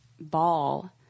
ball